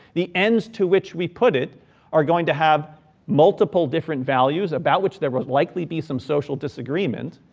the ends to which we put it are going to have multiple different values about which there would likely be some social disagreement.